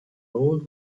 old